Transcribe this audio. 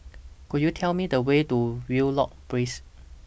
Could YOU Tell Me The Way to Wheelock Place